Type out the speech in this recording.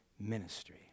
ministry